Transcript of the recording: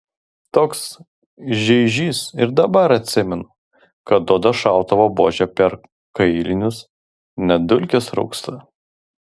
toks žeižys ir dabar atsimenu kad duoda šautuvo buože per kailinius net dulkės rūksta